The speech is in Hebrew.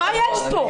כאילו מה יש לו?